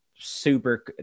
super